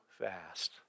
fast